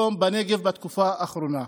יום בנגב בתקופה האחרונה.